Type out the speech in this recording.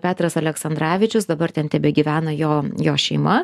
petras aleksandravičius dabar ten tebegyvena jo jo šeima